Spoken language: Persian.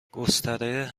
گستره